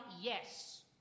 yes